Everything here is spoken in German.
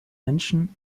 menschen